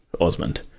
Osmond